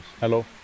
Hello